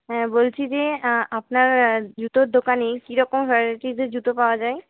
হ্যাঁ বলছি যে আপনার জুতোর দোকানে কীরকম ভ্যারাইটিজের জুতো পাওয়া যায়